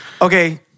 Okay